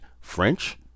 French